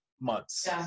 months